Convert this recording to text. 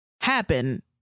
happen